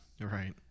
Right